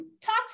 Talk